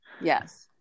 Yes